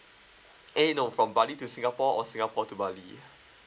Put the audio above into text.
eh no from bali to singapore or singapore to bali